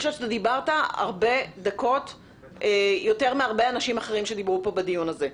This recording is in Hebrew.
אני חושבת שדיברת יותר דקות מהרבה אנשים אחרים שדיברו כאן בדיון הזה.